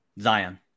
Zion